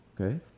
Okay